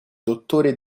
dottore